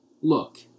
Look